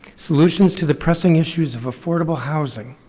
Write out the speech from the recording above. solutions to the pressing issues of affordable housing,